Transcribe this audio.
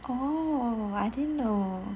oh I didn't know